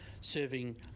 serving